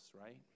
right